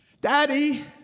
Daddy